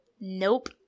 nope